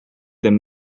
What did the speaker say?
them